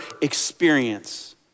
experience